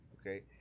okay